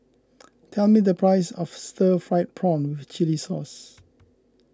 tell me the price of Stir Fried Prawn with Chili Sauce